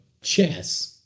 chess